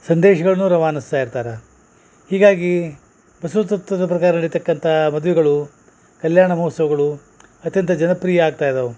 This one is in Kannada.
ಸಂದೇಶಗಳನ್ನು ರವಾನಿಸ್ತಾ ಇರ್ತಾರ ಹೀಗಾಗಿ ಬಸವ ತತ್ವದ ಪ್ರಕಾರ ನಡಿತಕ್ಕಂಥ ಮದ್ವಿಗಳು ಕಲ್ಯಾಣ ಮಹೋತ್ಸವಗಳು ಅತ್ಯಂತ ಜನಪ್ರಿಯ ಆಗ್ತಾ ಇದವೆ